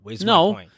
No